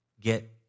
get